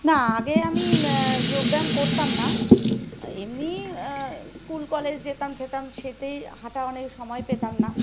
না আগে আমি যোগব্যায়াম করতাম না এমনিই স্কুল কলেজ যেতাম টেতাম সেটাতেই হাঁটা অনেক সময় পেতাম না